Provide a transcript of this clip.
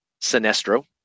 Sinestro